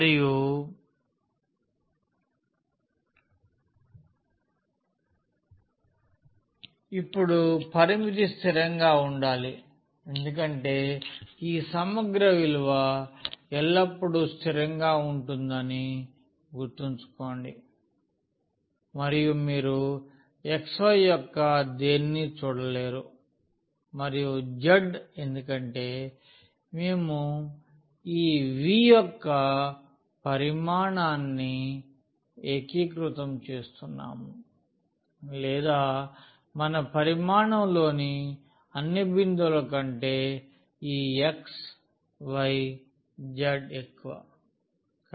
మరియు ఇప్పుడు పరిమితి స్థిరంగా ఉండాలి ఎందుకంటే ఈ సమగ్ర విలువ ఎల్లప్పుడూ స్థిరంగా ఉంటుందని గుర్తుంచుకోండి మరియు మీరు xy యొక్క దేనినీ చూడలేరు మరియు z ఎందుకంటే మేము ఈ Vయొక్క పరిమాణాన్ని ఏకీకృతం చేస్తున్నాము లేదా మన పరిమాణం లోని అన్ని బిందువుల కంటే ఈ xyzఎక్కువ